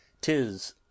tis